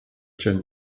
chin